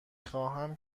خواهم